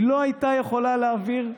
היא לא הייתה יכולה להעביר.